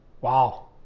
wow